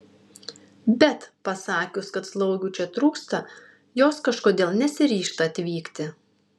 bet pasakius kad slaugių čia trūksta jos kažkodėl nesiryžta atvykti